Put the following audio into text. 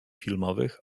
filmowych